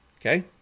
Okay